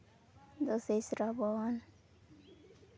ᱫᱚᱥᱮ ᱥᱨᱟᱵᱚᱱ